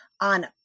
on